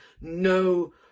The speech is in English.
no